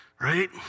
Right